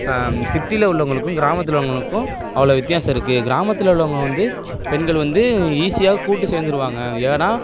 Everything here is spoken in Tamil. சிட்டியில உள்ளவங்களுக்கும் கிராமத்தில் உங்களுக்கும் அவ்வளோ வித்தியாசம் இருக்குது கிராமத்தில் உள்ளவங்க வந்து பெண்களும் வந்து ஈஸியாக கூட்டு சேர்ந்துருவாங்க ஏன்னா